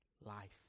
life